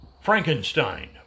Frankenstein